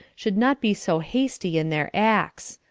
should not be so hasty in their acts.